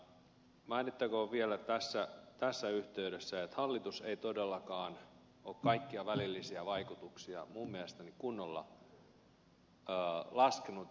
mainittakoon vielä tässä yhteydessä että hallitus ei todellakaan ole kaikkia välillisiä vaikutuksia minun mielestäni kunnolla laskenut ja pohtinut